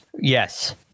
Yes